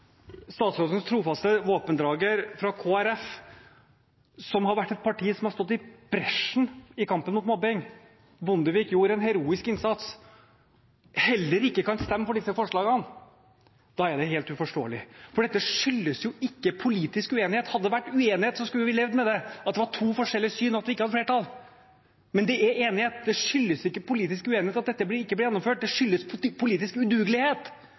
statsrådens trofaste våpendrager fra Kristelig Folkeparti, som har vært et parti som har gått i bresjen for kampen mot mobbing – Bondevik gjorde en heroisk innsats – heller ikke kan stemme for disse forslagene, er det helt uforståelig. Dette skyldes jo ikke politisk uenighet. Hadde det vært uenighet, hadde vi kunnet leve med at det var to forskjellige syn, og at vi ikke hadde hatt flertall. Men det er enighet. Det skyldes ikke politisk uenighet at dette ikke ble gjennomført; det skyldes politisk udugelighet.